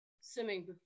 swimming